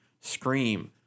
scream